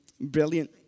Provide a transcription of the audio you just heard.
brilliant